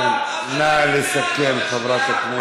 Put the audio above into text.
נגמר הזמן, נא לסכם, חברת הכנסת.